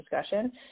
discussion